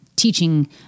teaching